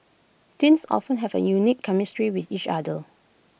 twins often have A unique chemistry with each other